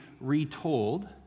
retold